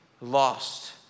lost